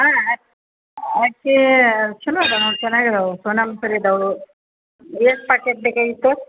ಹಾಂ ಅಕ್ಕಿ ಅಕ್ಕಿ ಚಲೋ ಅದಾವ ನೋಡಿ ಚೆನ್ನಾಗಿ ಅದಾವ ಸೋನಾಮಸೂರಿ ಅದಾವು ಎಷ್ಟು ಪ್ಯಾಕೆಟ್ ಬೇಕಾಗಿತ್ತು